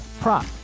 prop